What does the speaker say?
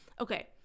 Okay